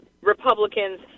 Republicans